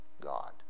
God